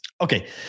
Okay